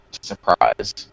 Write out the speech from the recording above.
surprise